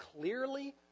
clearly